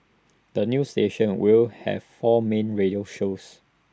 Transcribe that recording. the new station will have four main radio shows